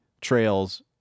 trails